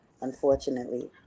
unfortunately